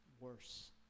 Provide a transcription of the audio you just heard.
worse